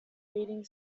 reading